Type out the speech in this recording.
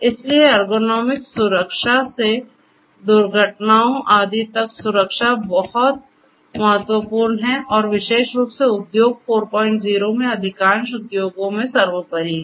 इसलिए एर्गोनॉमिक्स सुरक्षा से दुर्घटनाओं आदि तक सुरक्षा बहुत महत्वपूर्ण है और विशेष रूप से उद्योग 40 में अधिकांश उद्योगों में सर्वोपरि है